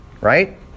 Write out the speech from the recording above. Right